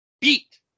Beat